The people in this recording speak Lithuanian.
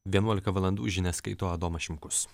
vienuolika valandų žinias skaito adomas šimkus